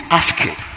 asking